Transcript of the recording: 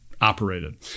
operated